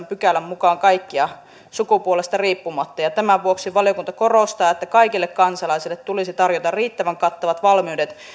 pykälän mukaan kaikkia sukupuolesta riippumatta tämän vuoksi valiokunta korostaa että kaikille kansalaisille tulisi tarjota riittävän kattavat valmiudet